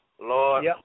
Lord